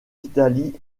d’italie